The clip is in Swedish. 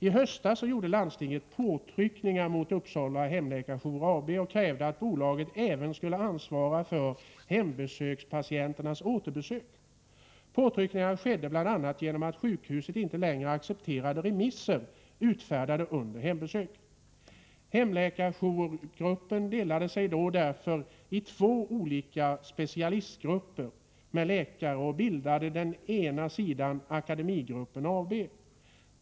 I höstas gjorde landstinget påtryckningar mot Uppsala Hemläkarjour AB och krävde att bolaget även skulle ansvara för hembesökspatienternas återbesök. Påtryckningarna skedde bl.a. genom att sjukhuset inte längre accepterade remisser utfärdade under hembesök. Hemläkarjourgruppen delade sig därför i två olika specialistgrupper och bildade även Akademigruppen AB.